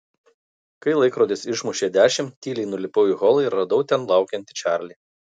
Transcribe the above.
kai laikrodis išmušė dešimt tyliai nulipau į holą ir radau ten laukiantį čarlį